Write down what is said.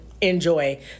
Enjoy